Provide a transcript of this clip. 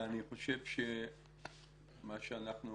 אני חושב שמה שאנחנו